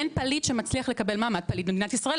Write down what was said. אין פליט שמצליח לקבל מעמד פליט במדינת ישראל,